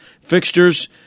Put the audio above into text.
fixtures